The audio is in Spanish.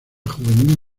juvenil